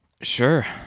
Sure